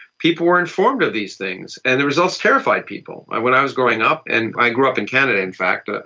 people were informed of these things, and the results terrified people. when i was growing up, and i grew up in canada in fact, ah